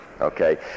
Okay